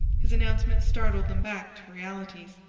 his announcement startled them back to realities.